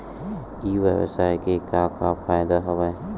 ई व्यवसाय के का का फ़ायदा हवय?